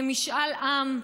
למשאל עם,